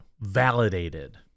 validated